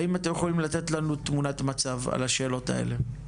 האם אתם יכולים לתת לנו תמונת מצב על השאלות האלו?